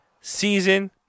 season